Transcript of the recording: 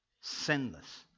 sinless